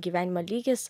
gyvenimo lygis